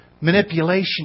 manipulation